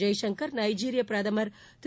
ஜெய்சங்கர் நைஜீரிய பிரதமர் திரு